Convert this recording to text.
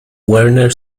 werner